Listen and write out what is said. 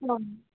ആ